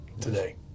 today